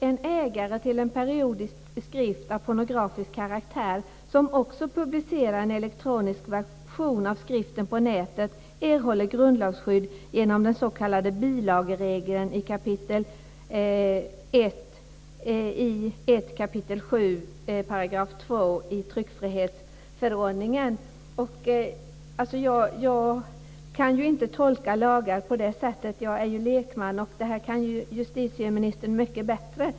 En ägare till en periodisk skrift av pornografisk karaktär som också publicerar en elektronisk version av skriften på nätet erhåller grundlagsskydd genom den s.k. bilageregeln i 1 kap. 7 § 2 stycket i tryckfrihetsförordningen. Jag kan inte tolka lagar på det sättet. Jag är ju lekman. Det här kan justitieministern mycket bättre.